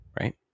right